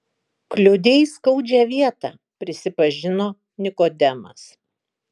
kliudei skaudžią vietą prisipažino nikodemas